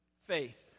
Faith